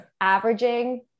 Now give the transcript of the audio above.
averaging